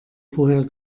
vorher